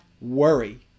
worry